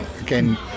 again